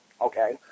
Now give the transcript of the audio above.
Okay